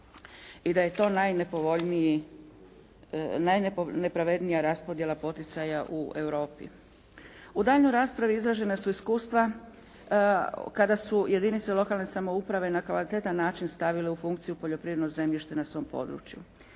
i da je to najnepravednija raspodjela poticaja u Europi. U daljnjoj raspravi izražena su iskustva kada su jedinice lokalne samouprave na kvalitetan način stavile u funkciju poljoprivredno zemljište na svom području.